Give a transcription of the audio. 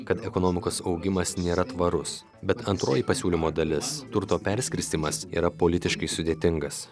kad ekonomikos augimas nėra tvarus bet antroji pasiūlymo dalis turto perskirstymas yra politiškai sudėtingas